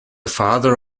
father